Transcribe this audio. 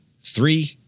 Three